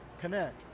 connect